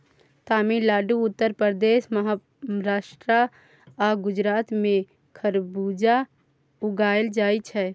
तमिलनाडु, उत्तर प्रदेश, महाराष्ट्र आ गुजरात मे खरबुज उगाएल जाइ छै